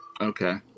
Okay